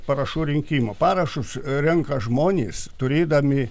parašų rinkimą parašus renka žmonės turėdami